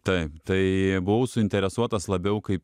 taip tai buvau suinteresuotas labiau kaip